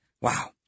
Wow